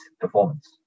performance